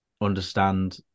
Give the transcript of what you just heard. understand